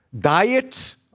Diet